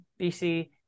BC